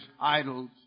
idols